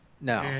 No